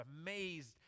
amazed